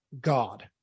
God